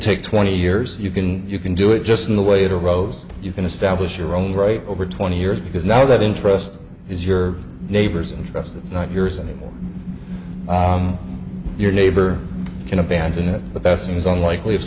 take twenty years you can you can do it just in the way it arose you can establish your own right over twenty years because now that interest is your neighbors and residents not yours anymore your neighbor can abandon it but that's in his own likely if